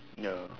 ya